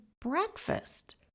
breakfast